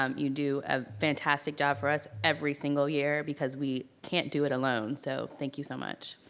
um you do a fantastic job for us every single year because we can't do it alone, so thank you so much.